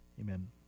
Amen